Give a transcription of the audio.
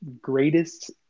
greatest